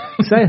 Say